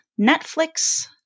Netflix